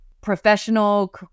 professional